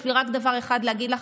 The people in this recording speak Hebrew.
יש לי רק דבר אחד להגיד לך,